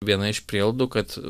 viena iš prielaidų kad